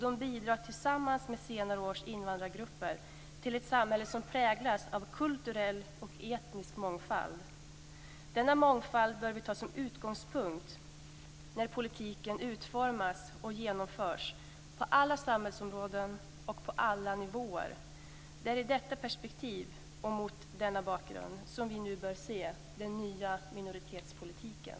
De bidrar tillsammans med senare års invandrargrupper till ett samhälle som präglas av kulturell och etnisk mångfald. Denna mångfald bör vi ta som utgångspunkt när politiken utformas och genomförs på alla samhällsområden och på alla nivåer. Det är i detta perspektiv och mot denna bakgrund som vi nu bör se den nya minoritetspolitiken.